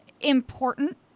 Important